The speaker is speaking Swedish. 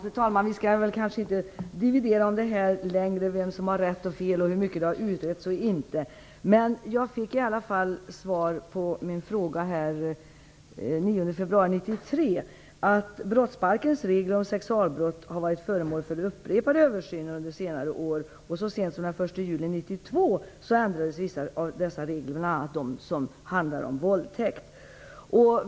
Fru talman! Vi skall kanske inte dividera om vem som har rätt och fel och hur mycket detta har utretts osv. På en fråga den 9 februari 1993 fick jag svaret att brottsbalkens regler om sexualbrott har varit föremål för upprepade översyner under senare år. Så sent som den 1 juli 1992 ändrades vissa av dessa regler, bl.a. de som handlar om våldtäkt.